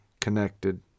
connected